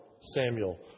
Samuel